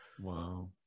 Wow